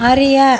அறிய